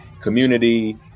community